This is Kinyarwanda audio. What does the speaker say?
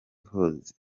posiyani